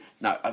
no